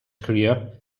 career